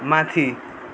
माथि